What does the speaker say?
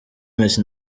messi